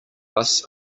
bus